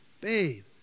Babe